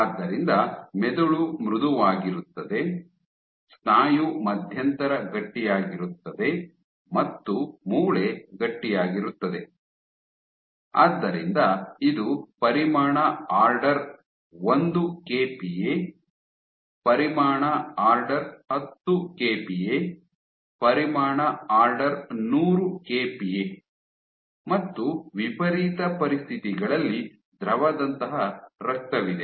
ಆದ್ದರಿಂದ ಮೆದುಳು ಮೃದುವಾಗಿರುತ್ತದೆ ಸ್ನಾಯು ಮಧ್ಯಂತರ ಗಟ್ಟಿಯಾಗಿರುತ್ತದೆ ಮತ್ತು ಮೂಳೆ ಗಟ್ಟಿಯಾಗಿರುತ್ತದೆ ಆದ್ದರಿಂದ ಇದು ಪರಿಮಾಣ ಆರ್ಡರ್ ಒಂದು ಕೆಪಿಎ ಪರಿಮಾಣ ಆರ್ಡರ್ ಹತ್ತು ಕೆಪಿಎ ಪರಿಮಾಣ ಆರ್ಡರ್ ನೂರು ಕೆಪಿಎ ಮತ್ತು ವಿಪರೀತ ಪರಿಸ್ಥಿತಿಗಳಲ್ಲಿ ದ್ರವದಂತಹ ರಕ್ತವಿದೆ